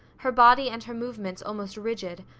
her body and her movements almost rigid,